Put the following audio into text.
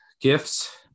gifts